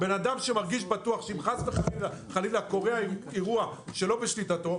שאם חלילה קורה אירוע שלא בשליטתו,